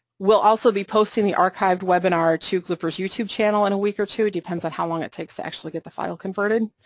we'll also be posting the archived webinar to glrppr's youtube channel in a week or two, it depends on how long it takes to actually get the file converted.